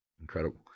Incredible